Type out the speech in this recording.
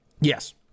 Yes